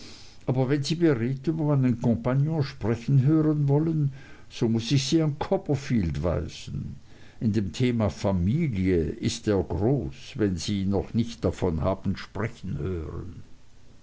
aber wenn sie beredt über meinen kompagnon sprechen hören wollen so muß ich sie an copperfield weisen in dem thema familie ist er groß wenn sie ihn noch nicht davon haben sprechen hören